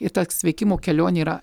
ir ta sveikimo kelionė yra